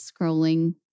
scrolling